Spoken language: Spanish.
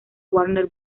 warner